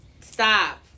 Stop